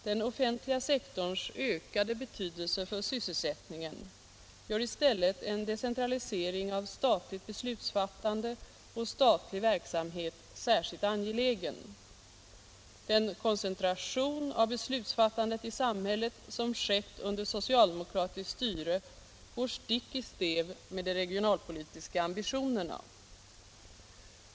Den offentliga sektorns ökade betydelse för sysselsättningen = sysselsättnings och gör i stället en decentralisering av statligt beslutsfattande och statlig verk — regionalpolitik samhet särskilt angelägen. Den koncentration av beslutsfattandet i sam hället som skett under socialdemokratiskt styre går stick i stäv mot de regionalpolitiska ambitionerna.